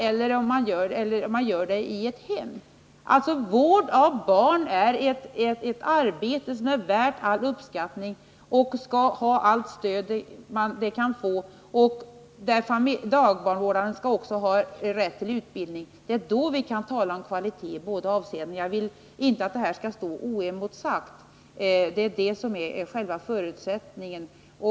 Vård av barn är alltså ett arbete som är värt all uppskattning och skall ha allt stöd det kan få. Dagbarnvårdaren skall också ha rätt till utbildning. Då kan vi tala om kvalitet i båda avseendena. Det är detta som är själva förutsättningen.